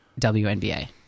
WNBA